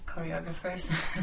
choreographers